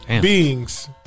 Beings